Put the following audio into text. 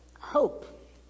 hope